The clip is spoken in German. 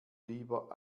lieber